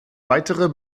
weitere